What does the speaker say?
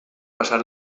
passar